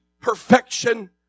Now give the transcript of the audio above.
perfection